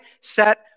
set